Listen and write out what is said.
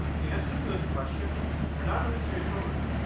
the answer to those questions are not always straightforward.